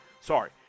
Sorry